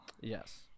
Yes